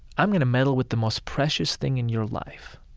i'm going to meddle with the most precious thing in your life